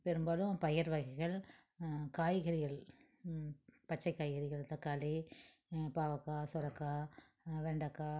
பெரும்பாலும் பயிர் வகைகள் காய்கறிகள் பச்சை காய்கறிகள் தக்காளி பாவக்காய் சுரக்கா வெண்டக்காய்